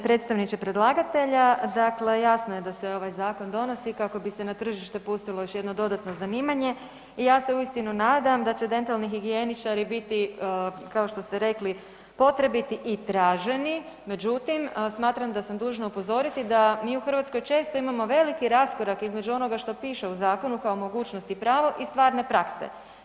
Uvaženi predstavniče predlagatelja, dakle jasno je da se ovaj zakon donosi kako bi se na tržište pustilo još jedno dodatno zanimanje i ja se uistinu nadam da će dentalni higijeničari biti kao što ste rekli potrebiti i traženi, međutim smatram da sam dužna upozoriti da mi u Hrvatskoj često imamo veliki raskorak između onoga što piše u zakonu kao mogućnosti i pravo i stvarne prakse.